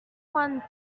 one